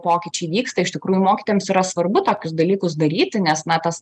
pokyčiai vyksta iš tikrųjų mokytojams yra svarbu tokius dalykus daryti nes na tas